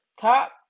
top